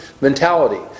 mentality